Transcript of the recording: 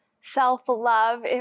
self-love